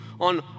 on